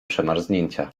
przemarznięcia